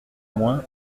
moins